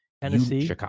Tennessee